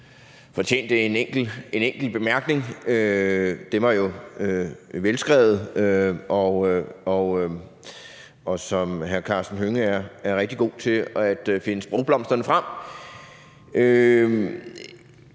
fortjente en enkelt bemærkning. Den var jo velskrevet, og hr. Karsten Hønge er rigtig god til at finde sprogblomsterne frem.